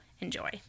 enjoy